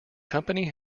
company